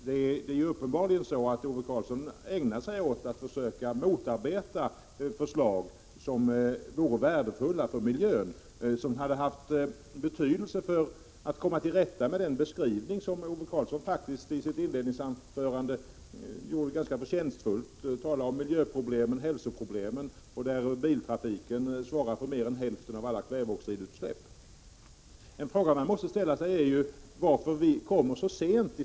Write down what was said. Det är ju uppenbarligen så att Ove Karlsson ägnar sig åt att försöka motarbeta förslag som vore värdefulla för miljön, som hade haft betydelse för att komma till rätta med den beskrivning som Ove Karlsson på ett ganska förtjänstfullt sätt gav i sitt inledningsanförande, när han talade om miljöproblemen och hälsoproblemen och att biltrafiken där svarar för mer än hälften av alla kväveoxidutsläpp. En fråga man måste ställa sig är varför vi i Sverige kommer så sent.